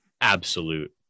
absolute